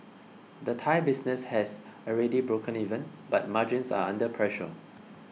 the Thai business has already broken even but margins are under pressure